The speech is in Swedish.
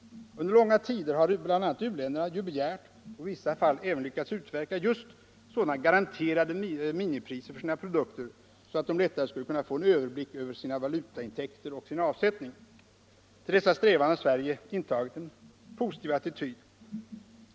Under långa tider har bl.a. u-länderna ju begärt och i vissa fall även lyckats utverka just sådana garanterade minimipriser för sina produkter så att de lättare skall kunna få en överblick över sina valutaintäkter och sin avsättning. Till dessa strävanden har Sverige intagit en positiv attityd.